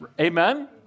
Amen